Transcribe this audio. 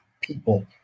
people